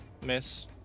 Miss